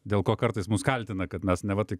dėl ko kartais mus kaltina kad mes neva tai